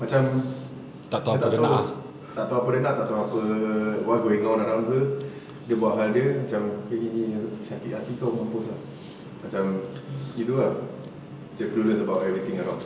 macam dia tak tahu tak tahu apa dia nak tak tahu apa what's going on around the world dia buat hal dia macam gini sakit hati kau mampus ah macam gitu ah dia clueless about everything around